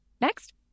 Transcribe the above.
next